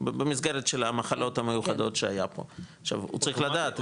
במסגרת של המחלות המיוחדות שהיה פה --- אוטומטית?